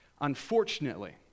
Unfortunately